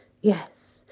Yes